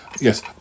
Yes